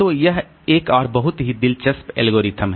तो यह एक और बहुत ही दिलचस्प एल्गोरिथ्म है